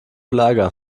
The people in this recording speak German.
lager